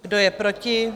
Kdo je proti?